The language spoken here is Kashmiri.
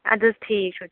اَدٕ حظ ٹھیٖک چھُ